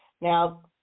Now